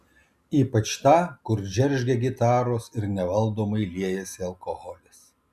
ypač tą kur džeržgia gitaros ir nevaldomai liejasi alkoholis